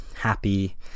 happy